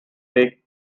take